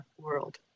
world